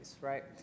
right